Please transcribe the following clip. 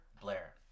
Blair